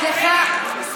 סליחה.